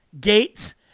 Gates